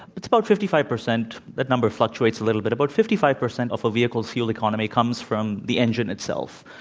but it's about fifty five percent. that number fluctuates a little bit. about fifty five percent of a vehicle's fuel economy comes from the engine itself.